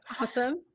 Awesome